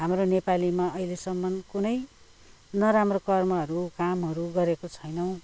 हाम्रो नेपालीमा अहिलेसम्म कुनै नराम्रो कर्महरू कामहरू गरेको छैनौँ